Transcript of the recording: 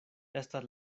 estas